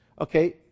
Okay